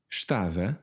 Estava